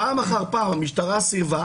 פעם אחר פעם המשטרה סירבה.